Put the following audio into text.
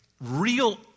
real